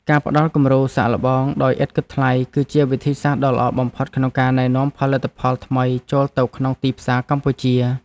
ការផ្តល់គំរូសាកល្បងដោយឥតគិតថ្លៃ គឺជាវិធីសាស្ត្រដ៏ល្អបំផុតក្នុងការណែនាំផលិតផលថ្មីចូលទៅក្នុងទីផ្សារកម្ពុជា។